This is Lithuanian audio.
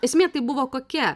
esmė tai buvo kokia